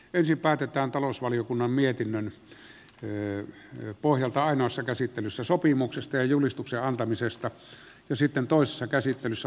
ensin päätetään talousvaliokunnan mietinnön pohjalta ainoassa käsittelyssä sopimuksesta ja julistuksen antamisesta ja sitten toisessa käsittelyssä lakiehdotuksista